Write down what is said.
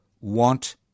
want